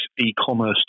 e-commerce